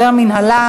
(איסור צריכת פרסום תועבה ובו דמותו של קטין),